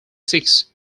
six